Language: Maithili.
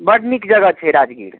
बड नीक जगह छै राजगीर